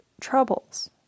troubles